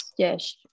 Yes